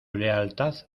lealtad